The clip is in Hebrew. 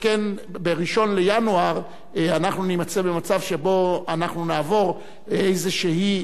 שכן ב-1 בינואר אנחנו נימצא במצב שבו אנחנו נעבור איזה קו